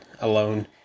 alone